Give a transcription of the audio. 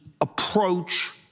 approach